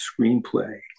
screenplay